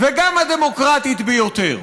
וגם הדמוקרטית ביותר.